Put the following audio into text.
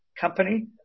company